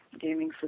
gaming